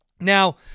Now